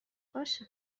باشه